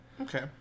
Okay